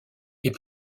est